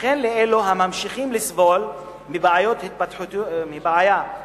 וכן לאלו הממשיכים לסבול מבעיה התפתחותית